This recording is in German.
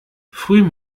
früh